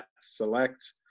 select